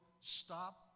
stop